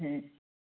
हो